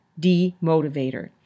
demotivator